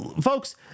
Folks